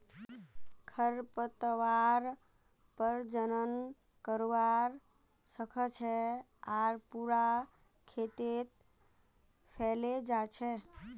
खरपतवार प्रजनन करवा स ख छ आर पूरा खेतत फैले जा छेक